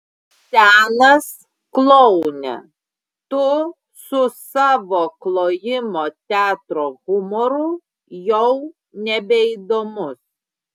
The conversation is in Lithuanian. senas kloune tu su savo klojimo teatro humoru jau nebeįdomus